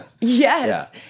Yes